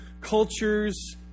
cultures